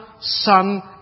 Son